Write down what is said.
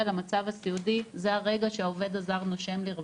למצב הסיעודי זה הרגע שהעובד הזר נושם לרווחה,